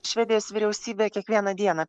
švedijos vyriausybė kiekvieną dieną